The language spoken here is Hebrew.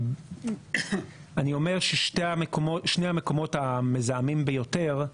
אני אומר ששני המקומות המזהמים ביותר,